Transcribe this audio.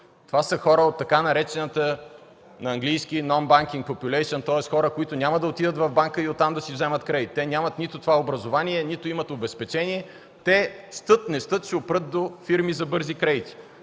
Това са хората, така наречените на английски „нон банкинг попюлейшън”, тоест, хора, които няма да отидат в банка и оттам да си вземат кредит. Те нямат нито това образование, нито имат обезпечение. Те, щат не щат, ще опрат до фирми за бързи кредити.